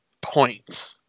point